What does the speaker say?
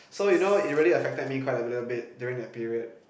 so you know it really affected me quite a little bit during the period